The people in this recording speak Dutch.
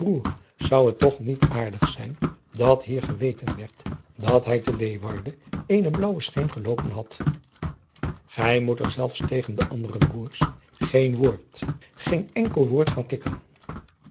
zou het toch niet aardig zijn dat hier geweten werd dat hij te leeuwarden eene blaauwe scheen geloopen had gij moet er zelfs tegen de andere broêrs geen woord geen enkel woord van kikken